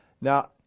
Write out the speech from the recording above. Now